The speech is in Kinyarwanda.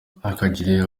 ntihakagire